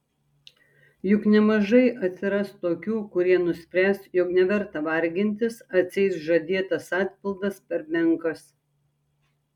juk nemažai atsiras tokių kurie nuspręs jog neverta vargintis atseit žadėtas atpildas per menkas